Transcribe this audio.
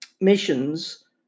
missions